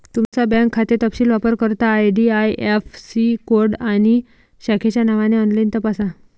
तुमचा बँक खाते तपशील वापरकर्ता आई.डी.आई.ऍफ़.सी कोड आणि शाखेच्या नावाने ऑनलाइन तपासा